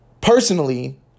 personally